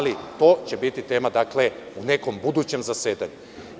To će biti tema u nekom budućem zasedanju.